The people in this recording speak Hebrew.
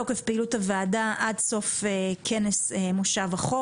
תוקף פעילות הוועדה: עד סוף כנס החורף,